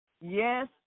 yes